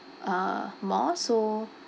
uh mall so